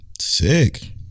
Sick